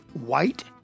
white